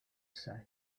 say